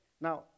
Now